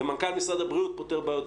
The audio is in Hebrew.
ומנכ"ל משרד הבריאות פותר בעיות,